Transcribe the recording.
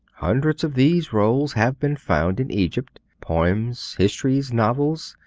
hundreds of these rolls have been found in egypt poems, histories, novels,